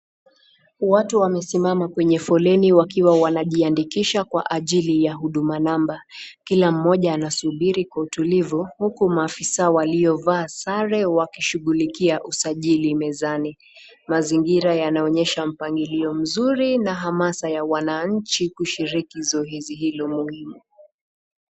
Watu wamesimama kwenye foleni wakiwa wanajiandikisha kwa ajili ya huduma namba. Kila mmoja anasubiri kwa utulivu huku maafisa waliovaa sare wakishughulikia usajili mezani. Mazingira yanaonyesha mpangilio mzuri na hamasa ya wananchi kushiriki zoezi hilo muhimu.